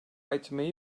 etmeyi